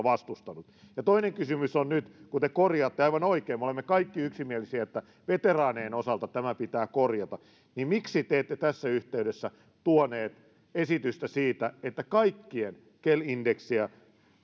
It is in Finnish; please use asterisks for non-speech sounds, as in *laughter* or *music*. *unintelligible* vastustanut ja toinen kysymys on nyt kun te korjaatte aivan oikein me olemme kaikki yksimielisiä että veteraanien osalta tämä pitää korjata niin miksi te ette tässä yhteydessä tuonut esitystä siitä että kaikkien